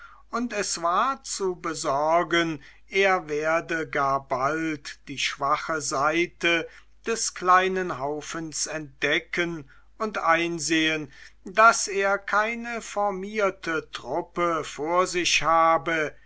und es war zu besorgen er werde gar bald die schwache seite des kleinen haufens entdecken und einsehen daß er keine formierte truppe vor sich habe